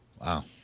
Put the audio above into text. Wow